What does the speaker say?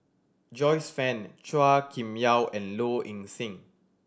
Joyce Fan Chua Kim Yeow and Low Ing Sing